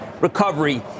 recovery